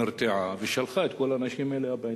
הממשלה נרתעה ושלחה את כל האנשים האלה הביתה.